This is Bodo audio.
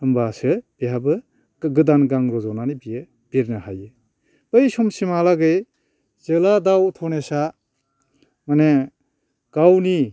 होनब्लासो बेहाबो गोदान गां रजनानै बियो बिरनो हायो बै समसिमहालागै जेला दाउ धनेसा माने गावनि